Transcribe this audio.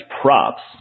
props